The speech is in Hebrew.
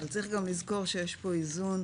אבל צריך גם לזכור שיש פה איזון,